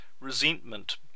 resentment